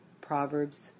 Proverbs